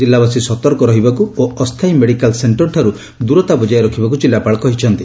ଜିଲ୍ଲାବାସୀ ସତର୍କ ରହିବାକୁ ଓ ଅସ୍ତାୟୀ ମେଡିକାଲ୍ ସେକ୍ଷର୍ଠାରୁ ଦୂରତା ବଜାୟ ରଖିବାକୁ ଜିଲ୍ଲାପାଳ କହିଛନ୍ତି